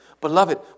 Beloved